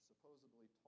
Supposedly